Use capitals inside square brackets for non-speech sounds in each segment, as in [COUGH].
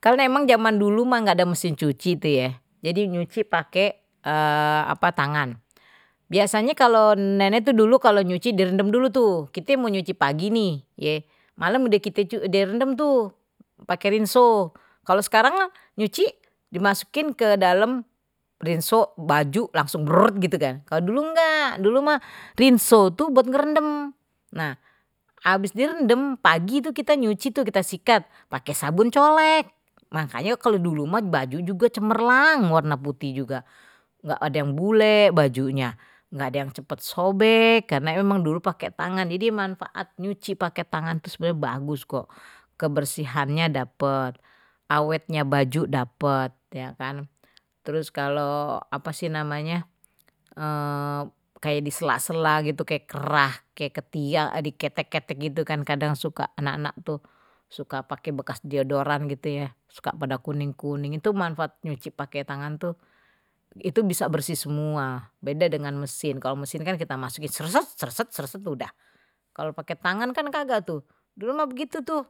Kan emang zaman dulu mah nggak ada mesin cuci itu ya jadi nyuci pake apa tangan biasanye kalau nenek itu dulu kalau nyuci direndam dulu tuh kite mau nyuci pagi nih ye malam udah kite rendam tuh pakai rinso kalau sekarang nyuci dimasukin ke dalam rinso baju langsung [UNINTELLIGIBLE] kalo dulu engga. kalo dulu mah rinso tuh buat ngerendem, nah habis direndam pagi itu kita nyuci tuh kita sikat pakai sabun colek makanya kalau dulu mah baju juga cemerlang warna putih juga enggak ada yang bule bajunya nggak ada yang cepat sobek karena emang dulu pakai tangan jadi manfaat nyuci pakai tangan terus gue bagus kok kebersihannya dapat awetnya baju dapet ya kan terus kalau apa sih namanya kayak di sela-sela gitu kayak kerah kayak ketiak di ketek-ketek gitu kan kadang suka anak-anak tuh suka pakai bekas deodoran gitu ya suka pada kuning-kuning itu manfaat nyuci pakai tangan tuh itu bisa bersih semua beda dengan mesin kalau mesin kan kita masukin [UNINTELLIGIBLE] udah kalau pakai tangan kan kagak tuh, dulu mah begitu tuh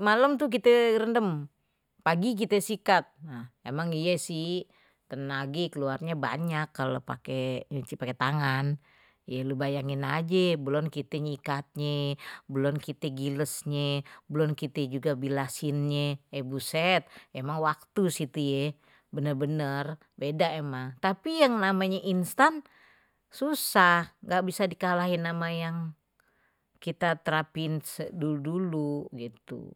malam tuh kita rendam pagi kita sikat emang iya sih tenage keluarnye banyak kalo nyuci pake pakai tangan, lu bayangin aje belum kite nyikatnye belon kite gilasnye belum kite juga bilasisnnye [HESITATION] buset emang waktu si [HESITATION] bener bener beda emang tapi yang namanya insant susah enggak bisa dikalahin sama yang kita terapin dulu dulu.